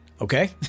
Okay